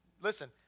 Listen